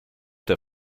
der